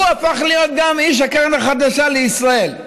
הוא הפך להיות גם איש הקרן החדשה לישראל.